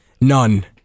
none